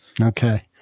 Okay